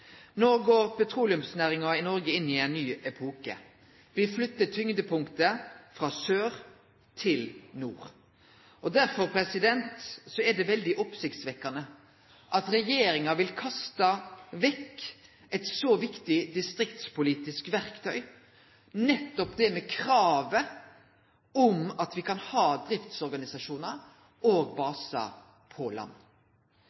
No går petroleumsnæringa i Noreg inn i ein ny epoke. Me flytter tyngdepunktet frå sør til nord. Derfor er det veldig oppsiktsvekkjande at regjeringa vil kaste vekk eit så viktig distriktspolitisk verktøy, kravet om at me kan ha driftsorganisasjonar og